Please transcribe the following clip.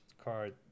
card